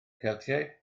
celtiaid